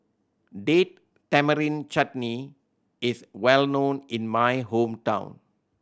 Date Tamarind Chutney is well known in my hometown